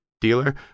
dealer